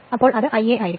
അത് Ia ആണ്